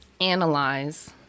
analyze